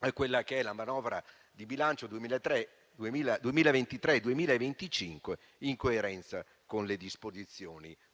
a quella che è la manovra di bilancio 2023-2025, in coerenza con le disposizioni previste